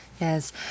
Yes